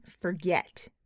forget